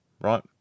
right